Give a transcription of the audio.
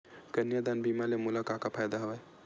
कन्यादान बीमा ले मोला का का फ़ायदा हवय?